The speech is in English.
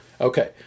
Okay